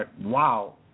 Wow